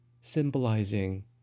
symbolizing